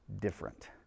different